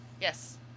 Yes